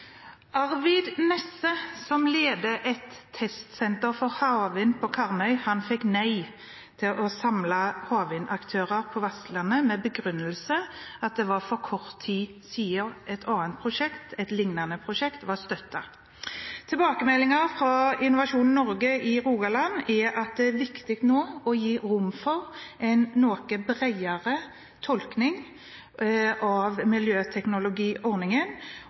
Arvid Nesse, som leder et testsenter for havvind på Karmøy, fikk nei til å samle havvindaktører på Vestlandet, med den begrunnelse at det var for kort tid siden et lignende prosjekt ble støttet. Tilbakemeldinger fra Innovasjon Norge i Rogaland er at det er viktig å gi rom for en noe bredere tolkning av miljøteknologiordningen,